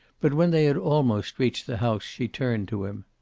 but when they had almost reached the house she turned to him.